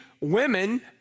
women